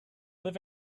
live